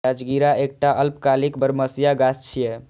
राजगिरा एकटा अल्पकालिक बरमसिया गाछ छियै